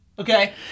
Okay